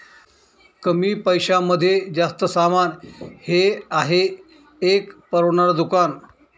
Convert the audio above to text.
कमी पैशांमध्ये जास्त सामान हे आहे एक परवडणार दुकान